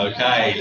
Okay